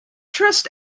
trust